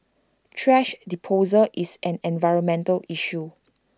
thrash disposal is an environmental issue